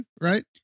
right